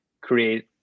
create